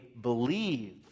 believe